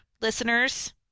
listeners